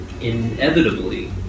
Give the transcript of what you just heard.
inevitably